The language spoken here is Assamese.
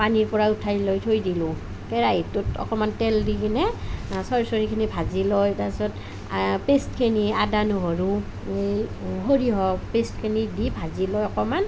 পানীৰ পৰা উঠাই লৈ থৈ দিলোঁ কেৰাহীটোত অকণমান তেল দি কিনে চৰ্চৰিখিনি ভাজি লৈ তাৰ পিছত পেষ্টখিনি আদা নহৰু এই সৰিয়হৰ পেষ্টখিনি দি ভাজি লৈ অকণমান